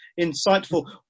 insightful